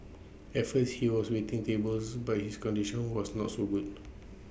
at first he was waiting tables but his coordination was not so good